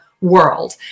world